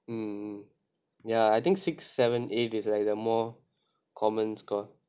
mm mm yeah I think six seven eight is like the more common score